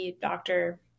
doctor